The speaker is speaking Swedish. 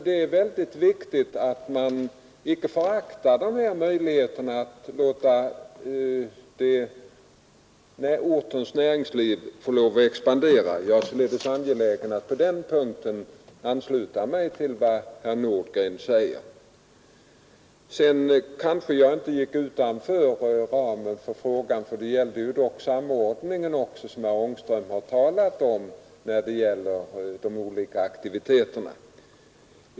Det är ytterst viktigt att man utnyttjar dessa möjligheter att låta ortens näringsliv expandera. Jag är angelägen att på den punkten ansluta mig till vad herr Nordgren säger. Jag kanske inte gick utanför ramen för frågan, ty det gällde ju även den samordning som herr Ångström talade om när det gäller de olika aktiviteterna.